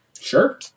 Sure